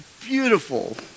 beautiful